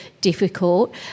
difficult